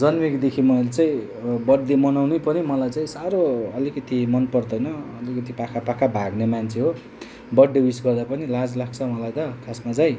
जन्मेकोदेखि मैले चाहिँ बर्थडे मनाउनै पनि मलाई चाहिँ साह्रो अलिकति मन पर्दैन अलिकति पाखा पाखा भाग्ने मान्छे हो बर्थडे विस गर्दा पनि लाज लाग्छ मलाई त खासमा चाहिँ